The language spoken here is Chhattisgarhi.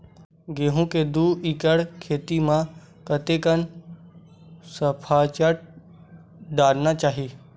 गेहूं के दू एकड़ खेती म कतेकन सफाचट डालना चाहि?